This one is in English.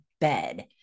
bed